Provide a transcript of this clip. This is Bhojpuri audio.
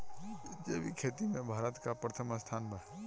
जैविक खेती में भारत का प्रथम स्थान बा